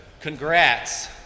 Congrats